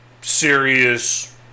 serious